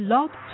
Love